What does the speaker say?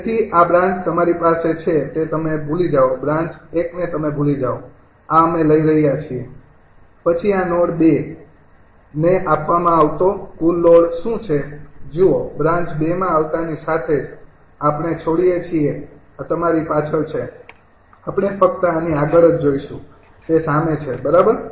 તેથી આ બ્રાન્ચ તમારી પાસે છે તે તમે ભૂલી જાઓ બ્રાન્ચ ૧ને તમે ભૂલી જાઓ આ અમે લઈ રહ્યા છીએ પછી આ નોડ ૨ ને આપવામાં આવતો કુલ લોડ શું છે જુઓ બ્રાન્ચ ૨ માં આવતાની સાથે જ આપણે છોડીએ છીએ આ તમારી પાછળ છે આપણે ફક્ત આની આગળ જ જોઈશું તે સામે છે બરાબર